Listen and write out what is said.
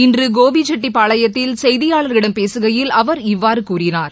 இன்று கோபிச்செட்டிபாளையத்தில் செய்தியாளர்களிடம் பேசுகையில் அவர் இவ்வாறு கூறினார்